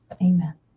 amen